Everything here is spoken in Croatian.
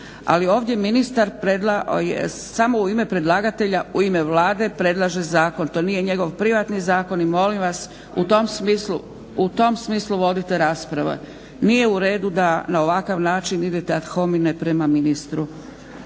Ali ovdje ministar je samo u ime predlagatelja, u ime Vlade predlaže zakon, to nije njegov privatni zakon i molim vas u tom smislu vodite raspravu. Nije u redu da na ovakav način idete ad homine prema ministru.